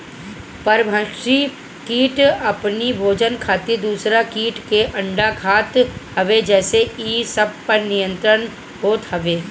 परभक्षी किट अपनी भोजन खातिर दूसरा किट के अंडा खात हवे जेसे इ पर नियंत्रण होत हवे